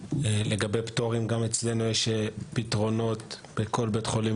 לגבי פטורים גם אצלנו יש פתרונות בכל בית חולים